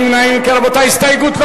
ההסתייגות של